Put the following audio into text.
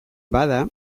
bada